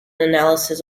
analysis